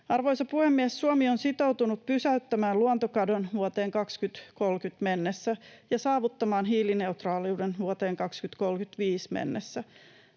Arvoisa puhemies! Suomi on sitoutunut pysäyttämään luontokadon vuoteen 2030 mennessä ja saavuttamaan hiilineutraaliuden vuoteen 2035 mennessä.